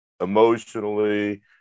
emotionally